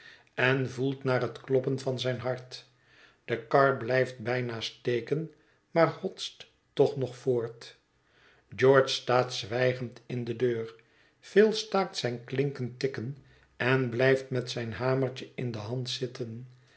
en voelt naar het kloppen van zijn hart de kar blijft bijna steken maar hotst toch nog voort george staat zwijgend in de deur phil staakt zijn klinkend tikken en blijft met zijn hamertje in de hand zitten